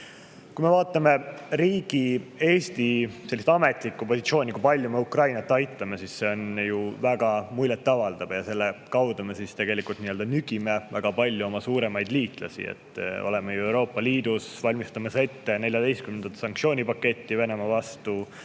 Vaatame Eesti riigi ametlikku positsiooni, seda, kui palju me Ukrainat aitame – see on ju väga muljet avaldav. Selle kaudu me tegelikult nügime väga palju oma suuremaid liitlasi. Oleme Euroopa Liidus valmistamas ette 14. sanktsioonipaketti Venemaa vastu.